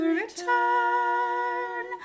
return